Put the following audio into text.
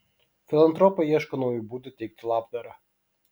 filantropai ieško naujų būdų teikti labdarą